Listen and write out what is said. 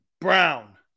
brown